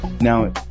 Now